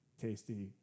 tasty